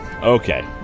Okay